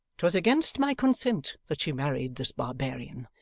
twas against my consent that she married this barbarian,